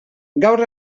gaur